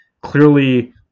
clearly